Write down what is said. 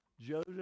Joseph